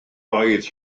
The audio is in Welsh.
oedd